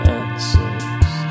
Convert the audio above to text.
answers